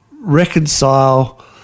reconcile